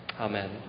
Amen